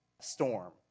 storm